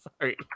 Sorry